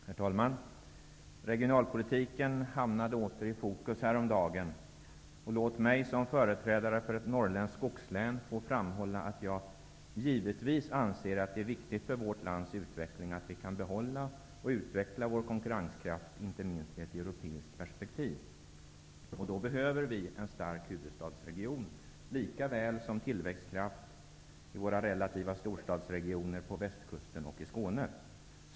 Herr talman! Regionalpolitiken hamnade åter i fokus häromdagen. Låt mig som företrädare för ett norrländskt skogslän få framhålla att jag givetvis anser att det är viktigt för vårt lands utveckling att vi kan behålla och utveckla vår konkurrenskraft, inte minst i ett europeiskt perspektiv. Då behöver vi en stark huvudstadsregion likaväl som tillväxtkraft i våra relativa storstadsregioner på västkusten och i Skåne.